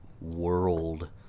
world